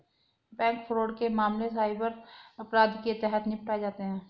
bank fraud के मामले cyber अपराध के तहत निपटाए जाते हैं